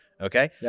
okay